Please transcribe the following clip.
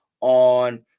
on